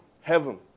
heaven